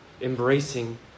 embracing